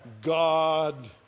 God